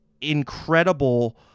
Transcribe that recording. incredible